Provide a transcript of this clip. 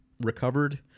recovered